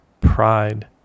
pride